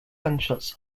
gunshots